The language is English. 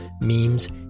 memes